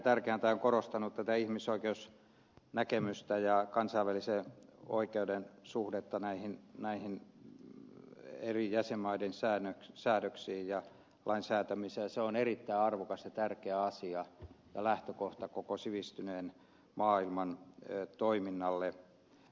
söderman on korostanut tätä ihmisoikeusnäkemystä ja kansainvälisen oikeuden suhdetta eri jäsenmaiden säädöksiin ja lainsäätämiseen ja se on erittäin arvokas ja tärkeä asia ja lähtökohta koko sivistyneen maailman toiminnalle